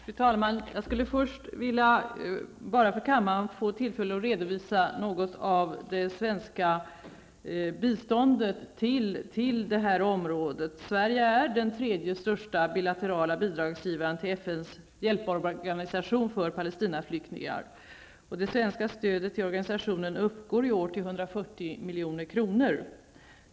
Fru talman! Jag skulle först bara vilja få tillfälle att för kammaren redovisa något av det svenska biståndet till det här området. Sverige är den tredje största bilaterala bidragsgivaren till FNs hjälporganisation för Palestinaflyktingar. Det svenska stödet till organisationen uppgår i år till 140 milj.kr.